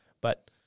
But-